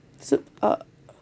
soup uh